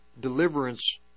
deliverance